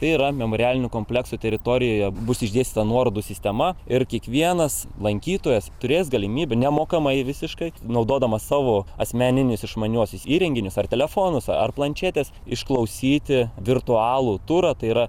tai yra memorialinio komplekso teritorijoje bus išdėstyta nuorodų sistema ir kiekvienas lankytojas turės galimybę nemokamai visiškai naudodamas savo asmeninius išmaniuosius įrenginius ar telefonus ar planšetes išklausyti virtualų turą tai yra